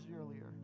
earlier